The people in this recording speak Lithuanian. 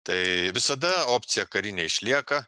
tai visada opcija karinė išlieka